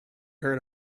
heard